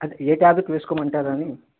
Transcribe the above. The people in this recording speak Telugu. అదే ఏ టాబ్లెట్ వేసుకోమంటారా అని